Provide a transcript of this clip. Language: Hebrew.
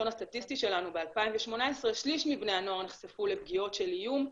מדאיגה של 63% בפניות למוקד מאז פרוץ ה משבר לעומת השנה הקודמת.